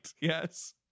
yes